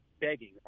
begging